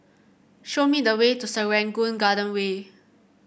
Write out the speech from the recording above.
show me the way to Serangoon Garden Way